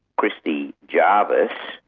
christy jarvis,